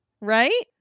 Right